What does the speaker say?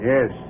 Yes